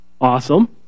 awesome